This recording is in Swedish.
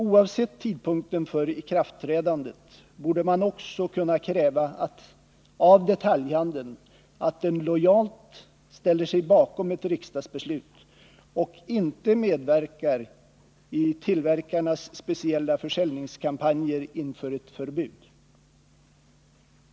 Oavsett tidpunkten för ikraftträdandet borde man också kunna kräva av detaljhandeln att den lojalt ställer sig båkom ett riksdagsbeslut och inte medverkar i tillverkarnas speciella försäljningskampanjer inför ett förbud.